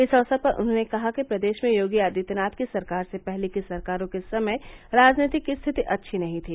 इस अवसर पर उन्होंने कहा कि प्रदेश में योगी आदित्यनाथ की सरकार से पहले की सरकारों के समय राजनीतिक स्थिति अच्छी नही थी